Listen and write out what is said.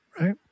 right